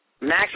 max